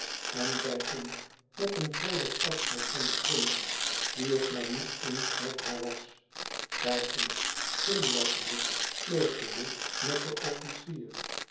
en zij ging met een vroolijk afscheid van den prins die het maar niet eens met haar was zij ging glimlachende flirtende met den officier